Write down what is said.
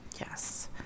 yes